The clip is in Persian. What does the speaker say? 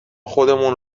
خودمون